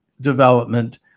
development